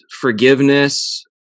forgiveness